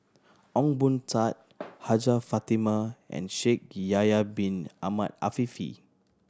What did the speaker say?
Ong Boon Tat Hajjah Fatimah and Shaikh Yahya Bin Ahmed Afifi